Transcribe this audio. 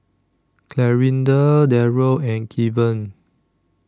Clarinda Daryl and Keven